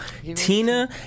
Tina